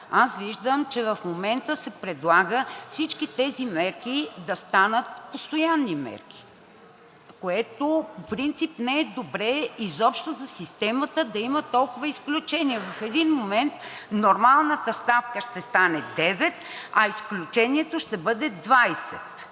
Виждам, че в момента се предлага всички тези мерки да станат постоянни мерки, което по принцип не е добре – изобщо за системата да има толкова изключения. В един момент нормалната ставка ще стане девет, а изключението ще бъде 20%